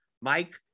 Mike